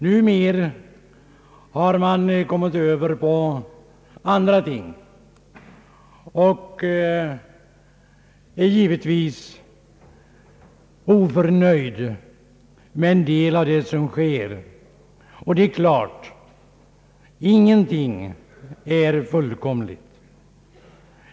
Numera har uppmärksamheten dragits över på andra ting, och man är givetvis oförnöjd med en del av vad som sker. Och det är klart att ingenting är fullkomligt.